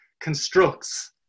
constructs